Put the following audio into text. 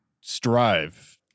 strive